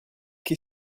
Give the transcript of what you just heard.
che